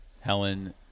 Helen